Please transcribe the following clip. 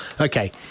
okay